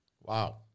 Wow